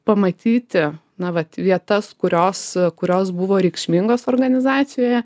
pamatyti na vat vietas kurios kurios buvo reikšmingos organizacijoje